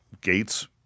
gates